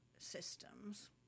systems